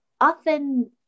often